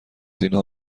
اینها